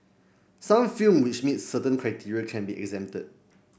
some films which meet certain criteria can be exempted